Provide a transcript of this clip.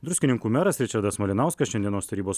druskininkų meras ričardas malinauskas šiandienos tarybos